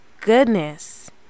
goodness